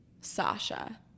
Sasha